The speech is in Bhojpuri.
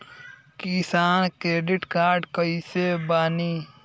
किसान क्रेडिट कार्ड कइसे बानी?